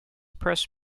press